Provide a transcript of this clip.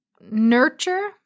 nurture